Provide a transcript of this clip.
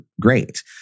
Great